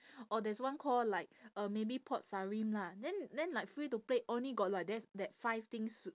or there's one call like um maybe port sarim lah then then like free to play only got like tha~ that five things to